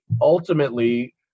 ultimately